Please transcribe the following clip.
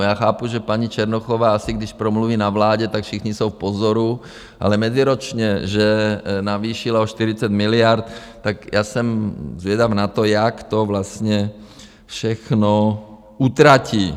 Já chápu, že paní Černochová asi když promluví na vládě, tak všichni jsou v pozoru, ale meziročně že navýšila o 40 miliard, tak já jsem zvědav na to, jak to vlastně všechno utratí.